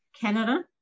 Canada